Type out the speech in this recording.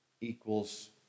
equals